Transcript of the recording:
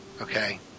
Okay